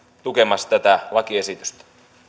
tukemassa tätä lakiesitystä